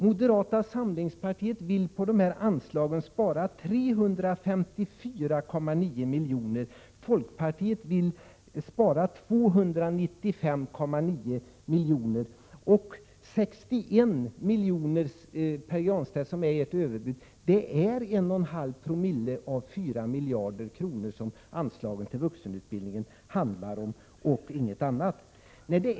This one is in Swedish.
Moderata samlingspartiet vill spara 354,9 miljoner. Folkpartiet vill spara 295,9 miljoner. De 61 miljoner som är ert överbud är detsamma som 1,59co, Pär Granstedt, av de 4 miljarder kronor som anslagen till vuxenutbildningen handlar om och ingenting annat!